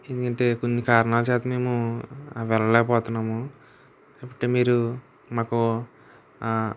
ఎందుకంటే కొన్ని కారణాల చేత మేము వెళ్లలేకపోతున్నాము కాబట్టి మీరు మాకు